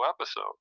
episode